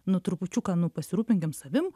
nu trupučiuką nu pasirūpinkim savim